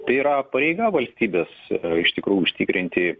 tai yra pareiga valstybės iš tikrųjų užtikrinti